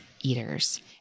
Eaters